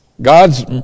God's